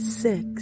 six